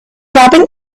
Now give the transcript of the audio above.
dropping